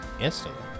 instantly